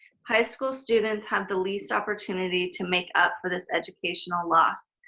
high school students have the least opportunity to make up for this educational loss,